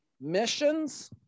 missions